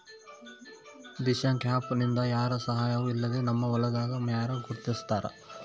Dishank app ನಿಂದ ಯಾರ ಸಹಾಯವೂ ಇಲ್ಲದೆ ನಮ್ಮ ಹೊಲದ ಮ್ಯಾರೆ ಗುರುತಿಸ್ತಾರ